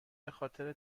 بخاطر